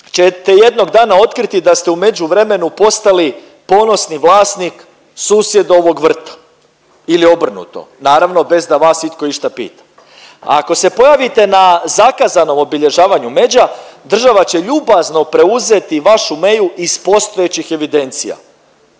ćete jednog dana otkriti da ste u međuvremenu postali ponosni vlasnik susjedovog vrta ili obrnuto, naravno bez da vas itko išta pita. Ako se pojavite na zakazanom obilježavanju međa država će ljubazno preuzeti vašu meju iz postojećih evidencija,